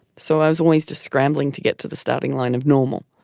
so i was always to scrambling to get to the starting line of normal.